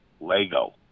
Lego